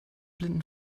blinden